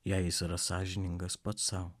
jei jis yra sąžiningas pats sau